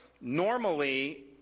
normally